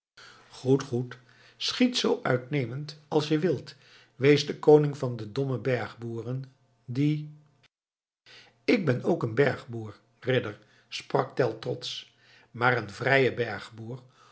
goed goed schiet zoo uitnemend als je wilt wees de koning van de domme bergboeren die ik ben ook een bergboer ridder sprak tell trotsch maar een vrije bergboer